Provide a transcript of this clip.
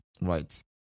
right